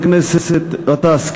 חבר הכנסת גטאס,